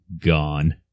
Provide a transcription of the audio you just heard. gone